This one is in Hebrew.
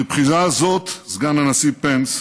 מבחינה זו, סגן הנשיא פנס,